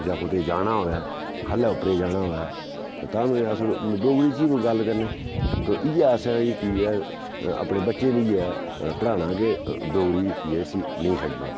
जां कुतै जाना होऐ खल्लै उप्परै जाना होऐ तां बी अस डोगरी च ही कोई गल्ल करने ते इयै असें जेह्की ऐ अपने बच्चें बी इयै पढ़ाना के डोगरी इसी नेईं छड्ढना